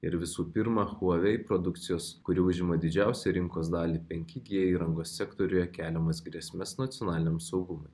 ir visų pirma huawei produkcijos kuri užima didžiausią rinkos dalį penki g įrangos sektoriuje keliamas grėsmes nacionaliniam saugumui